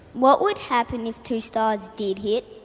what would happen if two stars did hit,